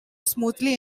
smoothly